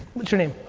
what's your name?